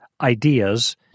ideas